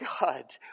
God